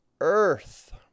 earth